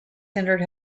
hindered